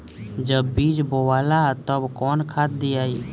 जब बीज बोवाला तब कौन खाद दियाई?